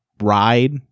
Ride